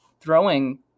throwing